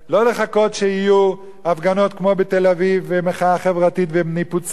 לא לחכות שיהיו הפגנות כמו בתל-אביב ומחאה חברתית וניפוצי